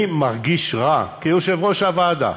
אני מרגיש רע כיושב-ראש הוועדה,